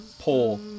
pull